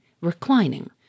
reclining